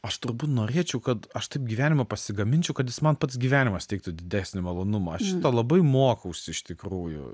aš turbūt norėčiau kad aš taip gyvenimą pasigaminčiau kad jis man pats gyvenimas teiktų didesnį malonumą šito labai mokausi iš tikrųjų